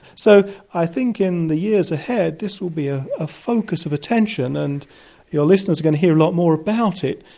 so i think in the years ahead this will be ah a focus of attention and your listeners are going to hear a lot more about it,